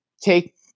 take